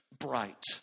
Bright